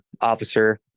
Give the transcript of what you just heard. officer